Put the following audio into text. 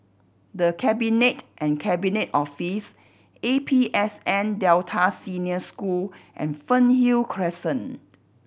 The Cabinet and Cabinet Office A P S N Delta Senior School and Fernhill Crescent